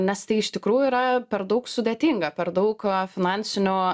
nes tai iš tikrųjų yra per daug sudėtinga per daug finansinio